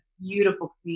beautiful